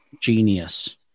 genius